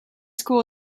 school